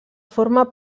forma